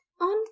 on